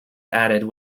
added